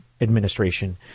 administration